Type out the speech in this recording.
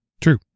True